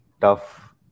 tough